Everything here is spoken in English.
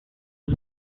are